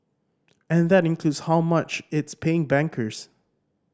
and that includes how much it's paying bankers